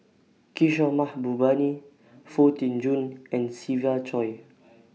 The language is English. Kishore Mahbubani Foo Tee Jun and Siva Choy